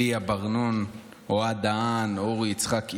ליה בן נון, אוהד דהן ואורי יצחק אילוז,